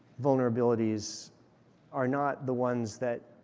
vulnerabilities are not the ones that